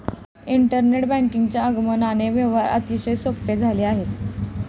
internet बँकिंगच्या आगमनामुळे व्यवहार अतिशय सोपे झाले आहेत